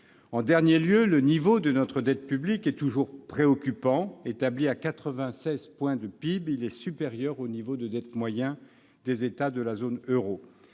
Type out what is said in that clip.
En dernier lieu, le niveau de notre dette publique est toujours préoccupant. Établi à 96 points de PIB, il est supérieur au niveau de dette moyen des États de la zone euro.